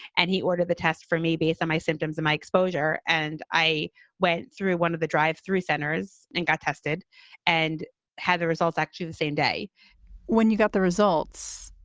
and he ordered the test for me based on my symptoms and my exposure. and i went through one of the drive thru centers and got tested and had the results actually the same day when you got the results,